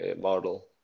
model